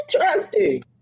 interesting